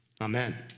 amen